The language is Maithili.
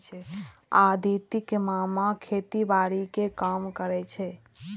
अदिति के मामा खेतीबाड़ी के काम करै छै